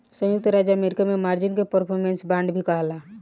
संयुक्त राज्य अमेरिका में मार्जिन के परफॉर्मेंस बांड भी कहाला